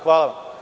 Hvala.